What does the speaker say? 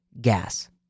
gas